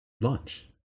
lunch